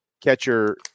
catcher